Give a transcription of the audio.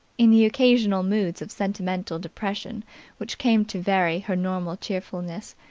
in the occasional moods of sentimental depression which came to vary her normal cheerfulness,